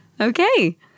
Okay